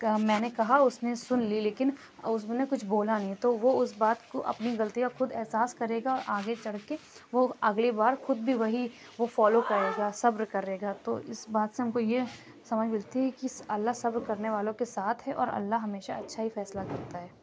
میں نے کہا اُس نے سُن لی لیکن اُس نے کچھ بولا نہیں تو وہ اُس بات کو اپنی غلطی کا خود احساس کرے گا آگے چل کے وہ اگلی بار خود بھی وہی وہ فالو کرے گا صبر کرے گا تو اِس بات سے ہم کو یہ سمجھ ملتی ہے کہ اللہ صبر کرنے والوں کے ساتھ ہے اور اللہ ہمیشہ اچھا ہی فیصلہ کرتا ہے